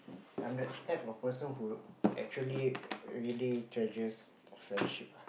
I'm the type of person who actually really treasures friendship ah